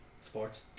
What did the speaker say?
Sports